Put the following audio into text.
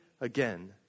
again